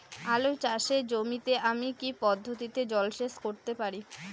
আলু চাষে জমিতে আমি কী পদ্ধতিতে জলসেচ করতে পারি?